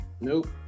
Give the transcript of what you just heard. Nope